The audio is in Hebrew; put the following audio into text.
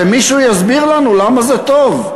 שמישהו יסביר לנו למה זה טוב.